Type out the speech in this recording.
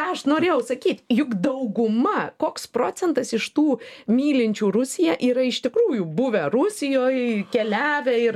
aš norėjau sakyt juk dauguma koks procentas iš tų mylinčių rusiją yra iš tikrųjų buvę rusijoj keliavę ir